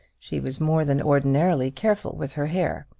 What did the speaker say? she was more than ordinarily careful with her hair,